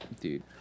Dude